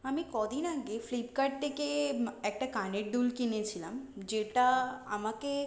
আমি ক দিন আগে ফ্লিপকার্ট থেকে একটা কানের দুল কিনেছিলাম যেটা আমাকে